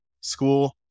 school